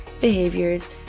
behaviors